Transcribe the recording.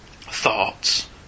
thoughts